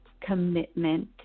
commitment